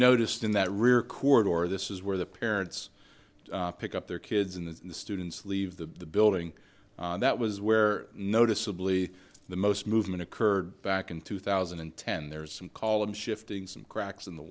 noticed in that record or this is where the parents pick up their kids in the in the students leave the building that was where noticeably the most movement occurred back in two thousand and ten there is some call him shifting some cracks in the